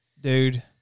Dude